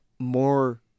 More